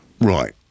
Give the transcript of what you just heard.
Right